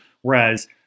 Whereas